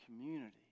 community